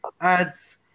ads